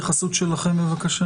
ידידיי מהמשטרה וממשרד הבט"פ,